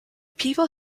people